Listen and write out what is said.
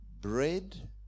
bread